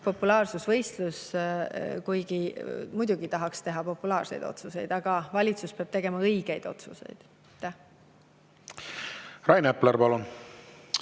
populaarsusvõistlus. Muidugi tahaks teha populaarseid otsuseid, aga valitsus peab tegema õigeid otsuseid. Rain Epler, palun!